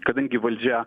kadangi valdžia